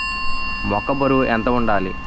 మొక్కొ బరువు ఎంత వుండాలి?